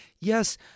yes